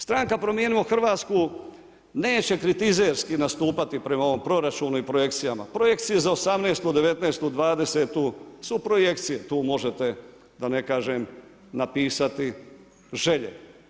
Stranka Promijenimo Hrvatsku neće kritizerski nastupati prema ovom proračunu i projekcijama, projekcija za 2018., 2019., 2020. su projekcije, tu možete da ne kažem, napisati želje.